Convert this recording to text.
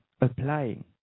applying